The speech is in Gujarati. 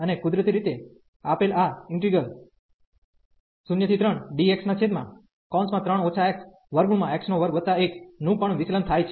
અને કુદરતી રીતે આપેલ આ ઇન્ટિગ્રલ 03dx3 xx21 નુ પણ વિચલન થાય છે